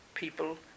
People